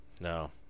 no